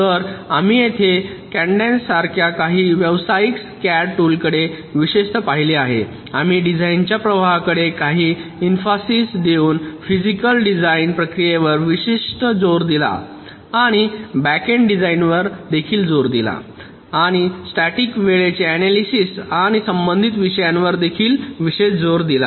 तर आम्ही येथे कॅडन्स सारख्या काही व्यावसायिक सीएडी टूलकडे विशेषतः पाहिले आहे आम्ही डिझाइनच्या प्रवाहाकडे काही इम्फासिस देऊन फिजिकल डिझाइन प्रक्रियेवर विशिष्ट जोर दिला आणि बॅकएंड डिझाइनवर देखील जोर दिला आणि स्टॅटिक वेळेचे ऍनालिसिस आणि संबंधित विषयांवर देखील विशेष जोर दिला